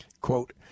quote